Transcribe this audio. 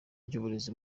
ry’uburezi